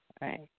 right